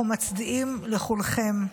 אנחנו מצדיעים לכולכם.